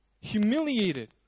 humiliated